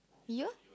you